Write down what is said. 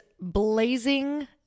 blazing